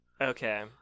Okay